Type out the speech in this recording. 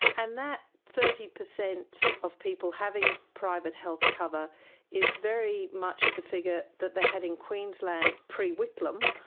and that thirty percent of people having private health cover is very much the figure that they had in queensland pre-whitlam,